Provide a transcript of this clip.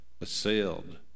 assailed